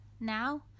now